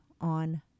on